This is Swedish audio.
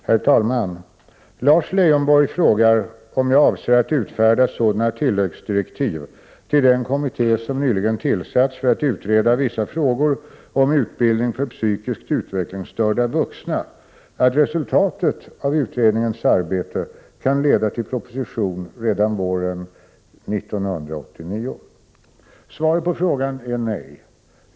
Herr talman! Lars Leijonborg frågar om jag avser att utfärda sådana tilläggsdirektiv till den kommitté som nyligen tillsatts för att utreda vissa frågor om utbildning för psykiskt utvecklingsstörda vuxna att resultatet av utredningens arbete kan leda till proposition redan våren 1989. Svaret på frågan är nej.